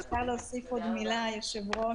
אני רוצה להוסיף עוד מילה, היושב-ראש.